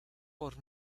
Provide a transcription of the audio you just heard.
por